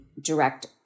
direct